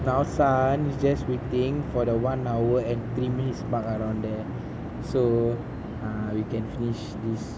now sun is just waiting for the one hour and three minutes mark around there so ah we can finish this